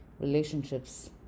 relationships